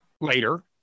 later